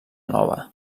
nova